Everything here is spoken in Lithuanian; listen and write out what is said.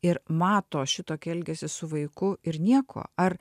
ir mato šitokį elgesį su vaiku ir nieko ar